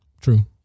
True